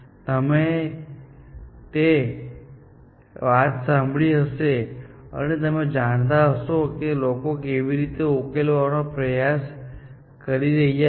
તમે કેકુલની વાર્તા સાંભળી હશે અને તમે જાણતા હશો કે લોકો કેવી રીતે ઉકેલવાનો પ્રયાસ કરી રહ્યા હતા